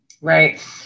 Right